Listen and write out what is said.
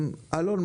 אלון,